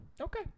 Okay